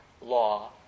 law